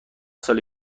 سال